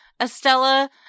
Estella